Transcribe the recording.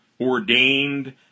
ordained